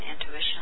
intuition